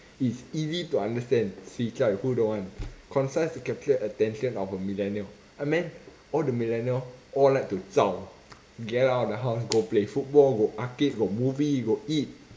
it's easy to understand swee zai who don't want concise to capture attention of a millennial I meant all the millennial all like to zao get out of the house go play football go arcade go movie go eat